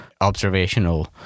observational